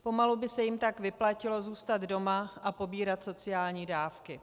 Pomalu by se jim tak vyplatilo zůstat doma a pobírat sociální dávky.